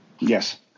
Yes